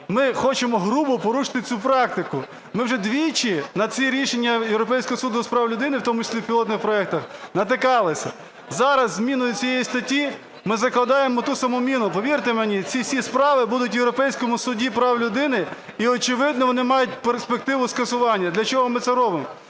ми хочемо грубо порушити цю практику. Ми вже двічі на ці рішення Європейського суду з прав людини, в тому числі в пілотних проектах, натикалися. Зараз зміною цієї статті ми закладаємо ту саму міну, повірте мені, ці всі справи будуть в Європейському суді з прав людини і, очевидно, вони мають перспективу скасування. Для чого ми це робимо?